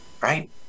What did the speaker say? Right